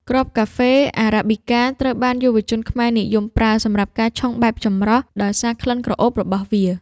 គ្រាប់កាហ្វេអារ៉ាប៊ីកា ត្រូវបានយុវជនខ្មែរនិយមប្រើសម្រាប់ការឆុងបែបចម្រោះ ដោយសារក្លិនក្រអូបរបស់វា។